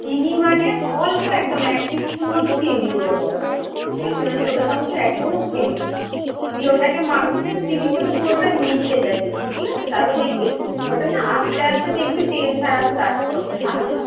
চিনি মানে অল্প একদম এক টিস্পুন মতো চিনি দিবি ওর মধ্যে ঠিক আছে মানে ছোটো চামচের এক চামচ চিনি দিবি দিয়ে ওটাকে মাখবি যেন চিনির সাথে পুরোটা মিশে যায় দেখবি ঠিক আছে তারপর দেখবি ওটা না আস্তে আস্তে দেখবি তেল ছাড়া স্টার্ট করবে ছানাটা